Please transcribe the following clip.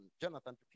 Jonathan